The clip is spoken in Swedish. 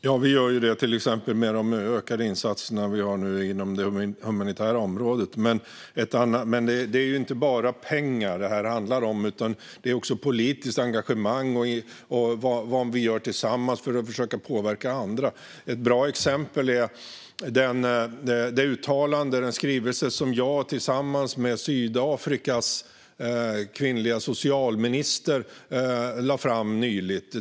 Fru talman! Vi gör det till exempel genom de ökade insatser som vi nu gör inom det humanitära området. Men detta handlar inte bara om pengar utan också om politiskt engagemang och vad vi gör tillsammans för att försöka påverka andra. Ett bra exempel är den skrivelse som jag tillsammans med Sydafrikas kvinnliga socialminister lade fram nyligen.